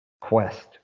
quest